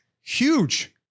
Huge